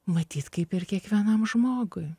matyt kaip ir kiekvienam žmogui